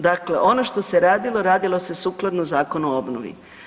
Dakle, ono što se radilo, radilo se sukladno Zakonu o obnovi.